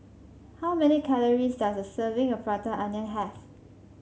how many calories does a serving of Prata Onion have